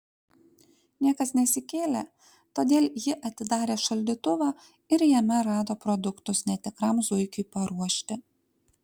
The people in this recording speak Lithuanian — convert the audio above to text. niekas nesikėlė todėl ji atidarė šaldytuvą ir jame rado produktus netikram zuikiui paruošti